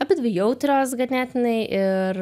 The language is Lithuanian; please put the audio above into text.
abidvi jautrios ganėtinai ir